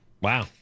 Wow